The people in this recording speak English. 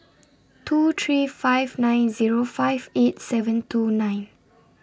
two three five nine Zero five eight seven two nine